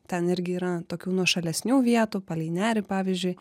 ten irgi yra tokių nuošalesnių vietų palei nerį pavyzdžiui